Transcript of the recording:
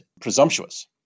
presumptuous